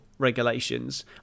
regulations